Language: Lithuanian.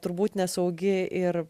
turbūt nesaugi ir